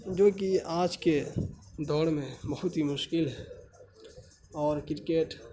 جو کہ آج کے دور میں بہت ہی مشکل ہے اور کرکٹ